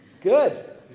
Good